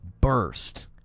burst